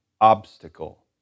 obstacle